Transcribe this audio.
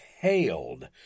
hailed